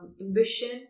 ambition